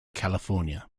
california